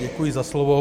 Děkuji za slovo.